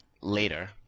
later